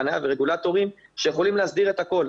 חניה ורגולטורים שיכולים להסדיר את הכול.